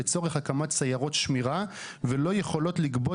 לצורך הקמת סיירות שמירה ולא יכולות לגבות